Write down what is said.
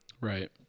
Right